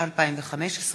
התשע"ה 2015,